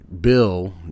Bill